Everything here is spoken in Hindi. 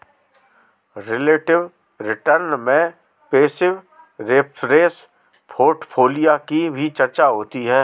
रिलेटिव रिटर्न में पैसिव रेफरेंस पोर्टफोलियो की भी चर्चा होती है